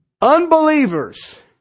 Unbelievers